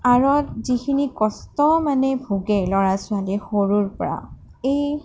আঁৰত যিখিনি কষ্ট মানে ভুগে ল'ৰা ছোৱালীয়ে সৰুৰ পৰা এই